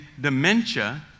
dementia